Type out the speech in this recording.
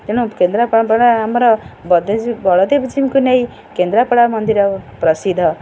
ତେଣୁ କେନ୍ଦ୍ରାପଡ଼ା ଆମର ବଳଦେବ ଜୀଉଙ୍କୁ ନେଇ କେନ୍ଦ୍ରାପଡ଼ା ମନ୍ଦିର ପ୍ରସିଦ୍ଧ